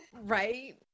Right